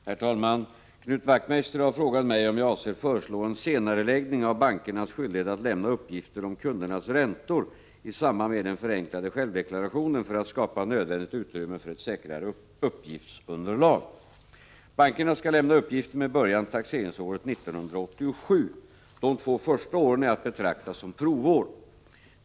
Herr talman! Knut Wachtmeister har frågat mig om jag avser föreslå en senareläggning av bankernas skyldighet att lämna uppgifter om kundernas räntor i samband med den förenklade självdeklarationen för att skapa nödvändigt utrymme för ett säkrare uppgiftsunderlag. Bankerna skall lämna uppgifter med början taxeringsåret 1987. De två första åren är att betrakta som provår.